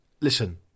listen